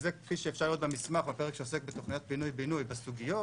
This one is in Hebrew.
כפי שאפשר לראות במסמך בפרק שעוסק בתוכניות פינוי-בינוי בסוגיות,